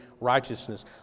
righteousness